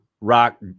rock